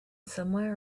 somewhere